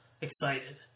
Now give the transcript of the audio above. excited